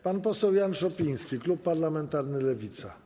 Pan poseł Jan Szopiński, klub parlamentarny Lewica.